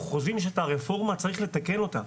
אנחנו חושבים שאת הרפורמה צריך לתקן אותה.